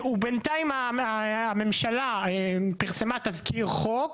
ובינתיים הממשלה פרסמה תזכיר חוק.